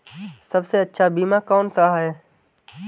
सबसे अच्छा बीमा कौनसा है?